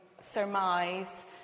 surmise